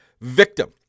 victim